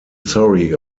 sorry